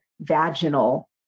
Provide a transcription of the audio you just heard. vaginal